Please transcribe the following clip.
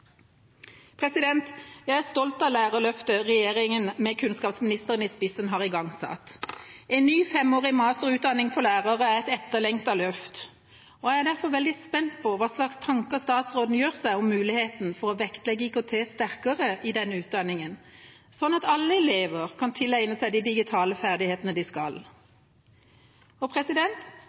lærerløftet regjeringa med kunnskapsministeren i spissen har igangsatt. En ny femårig masterutdanning for lærere er et etterlengtet løft. Jeg er derfor veldig spent på hva slags tanker statsråden gjør seg om muligheten for å vektlegge IKT sterkere i denne utdanningen sånn at alle elever kan tilegne seg de digitale ferdighetene de skal.